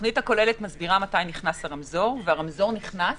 היא מסבירה מתי נכנס הרמזור והוא נכנס